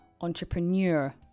Entrepreneur